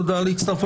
תודה על הצטרפותך,